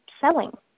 selling